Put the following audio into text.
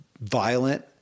violent